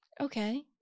Okay